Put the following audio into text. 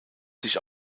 sich